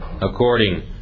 according